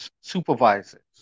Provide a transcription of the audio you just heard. supervisors